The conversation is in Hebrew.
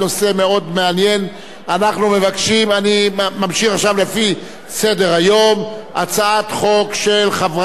אני ממשיך עכשיו לפי סדר-היום: הצעת חוק של חבר הכנסת שכיב שנאן.